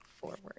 forward